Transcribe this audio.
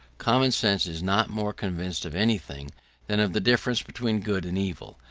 common sense is not more convinced of anything than of the difference between good and evil,